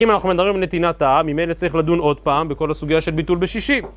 אם אנחנו מדברים על נתינת העם, ממילא צריך לדון עוד פעם בכל הסוגיה של ביטול בשישים